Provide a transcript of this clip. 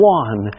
one